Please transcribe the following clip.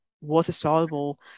water-soluble